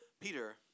Peter